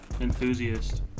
enthusiast